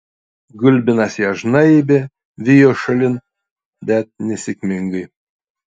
gulbinas ją žnaibė vijo šalin bet nesėkmingai